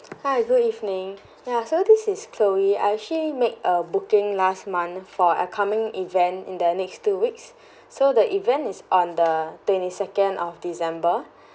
hi good evening ya so this is chloe I actually made a booking last month for upcoming event in the next two weeks so the event is on the twenty second of december